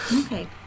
Okay